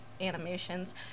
animations